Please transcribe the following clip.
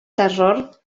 terror